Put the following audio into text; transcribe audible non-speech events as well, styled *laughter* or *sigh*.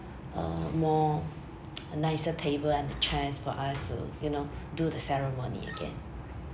a more *noise* a nicer table and the chairs for us to you know do the ceremony again